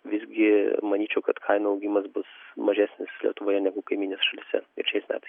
visgi manyčiau kad kainų augimas bus mažesnis lietuvoje negu kaimyninėse šalyse ir šiais metais